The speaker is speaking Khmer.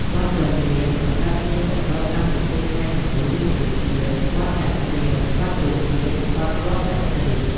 បទចម្រៀងសម្រាប់ច្រៀងកំដរកម្មវិធីហែជំនូន មានដូចជា បទចៅព្រាហ្ម បទជុំជាតិ បទរាប់ផ្លែឈើ...។